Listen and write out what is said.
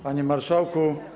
Panie Marszałku!